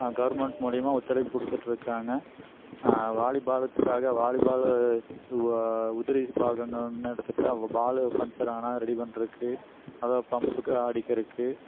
government மூலிமா ஒத்துழைப்பு கொடுத்துட்டு இருக்காங்க வாலிபாலுக்காக வாலிபால் உதிரி பாகங்கள்னு எடுத்துகிட்டா பால் பஞ்சர் ஆனால் ரெடி பண்றதுக்கு அதை பம்புக்கு அடிக்கிறதுக்கு